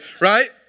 right